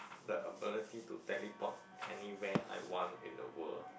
the ability to teleport anywhere I want in the world